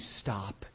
stop